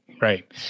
Right